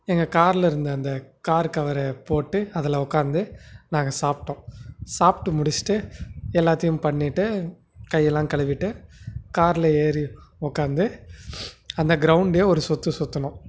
எங்கள் காரில் இருந்த அந்த கார் கவரை போட்டு அதில் உக்காந்து நாங்கள் சாப்பிட்டோம் சாப்பிட்டு முடிச்சுட்டு எல்லாத்தையும் பண்ணிட்டு கையெலாம் கழுவிட்டு காரில் ஏறி உக்காந்து அந்த கிரௌண்டையும் ஒரு சுற்று சுற்றினோம்